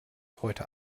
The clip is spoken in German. heute